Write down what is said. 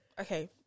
okay